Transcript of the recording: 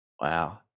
wow